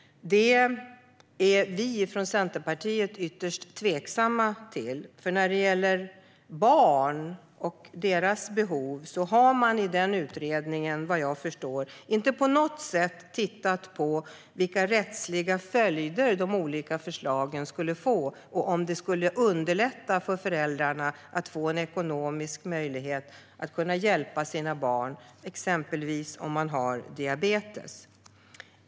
Detta är vi från Centerpartiet ytterst tveksamma till. När det gäller barn och deras behov har man i utredningen vad jag förstår inte på något sätt tittat på vilka rättsliga följder de olika förslagen skulle få och om de skulle underlätta för föräldrarna att få ekonomisk möjlighet att hjälpa sina barn, exempelvis vid diabetes.